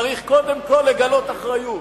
צריך קודם כול לגלות אחריות,